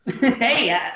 Hey